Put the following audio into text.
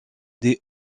des